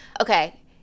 Okay